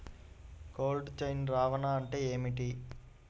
Cold chain రవాణా అంటే ఏమిటీ?